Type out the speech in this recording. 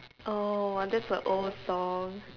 oh !wah! that's a old song